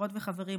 חברות וחברים,